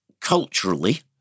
culturally